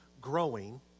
growing